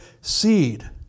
seed